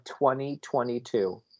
2022